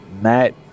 Matt